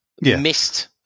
missed